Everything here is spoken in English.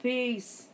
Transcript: Peace